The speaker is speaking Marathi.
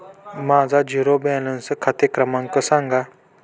माझा झिरो बॅलन्स खाते क्रमांक सांगा